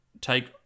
take